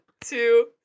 two